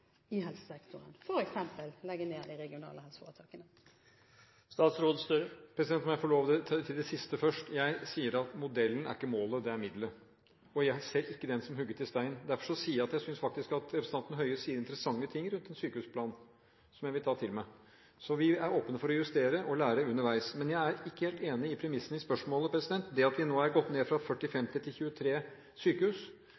i helsesektoren gjennom f.eks. å legge ned de regionale helseforetakene? Til det siste først: Jeg sier at modellen ikke er målet, den er middelet. Jeg ser ikke den som hugget i stein. Derfor sier jeg at jeg faktisk synes representanten Høie sier interessante ting rundt en sykehusplan, som jeg vil ta til meg. Vi er åpne for å justere og lære underveis. Jeg er ikke helt enig i premissene i spørsmålet. Det at vi nå har gått ned fra